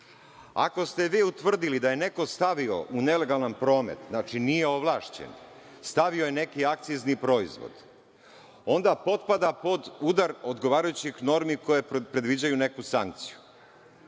ste vi utvrdili da je neko stavio u nelegalan promet, znači nije ovlašćen, stavio je neki akcizni proizvod, onda potpada pod udar odgovarajućih normi koje predviđaju neku sankciju,